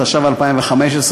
התשע"ו 2015,